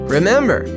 Remember